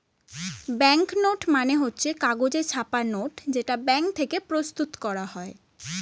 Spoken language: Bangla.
ব্যাংক নোট মানে হচ্ছে কাগজে ছাপা নোট যেটা ব্যাঙ্ক থেকে প্রস্তুত করা হয়